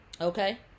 Okay